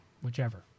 whichever